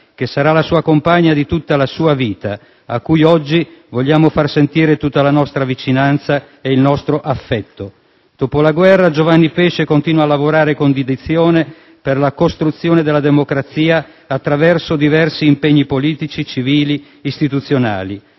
che sarà la compagna di tutta la sua vita e a cui oggi vogliamo far sentire tutta la nostra vicinanza e il nostro affetto. Dopo la guerra, Giovanni Pesce continua a lavorare con dedizione per la costruzione della democrazia attraverso diversi impegni politici, civili, istituzionali: